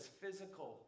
physical